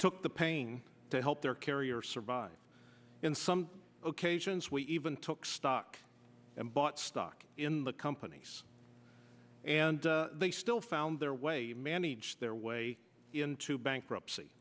took the pain to help their carrier survive in some locations we even took stock and bought stock in the companies and they still found their way manage their way into bankruptcy